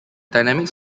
dynamics